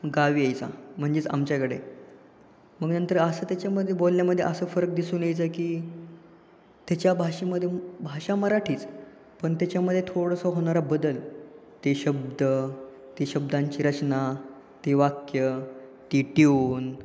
गावी यायचा म्हणजेच आमच्याकडे मग नंतर असं त्याच्यामध्ये बोलण्यामध्ये असं फरक दिसून यायचा की त्याच्या भाषेमध्ये भाषा मराठीच पण त्याच्यामध्ये थोडंसं होनारा बदल ते शब्द ती शब्दांची रचना ते वाक्यं ती ट्युन